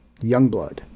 Youngblood